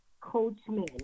Coachman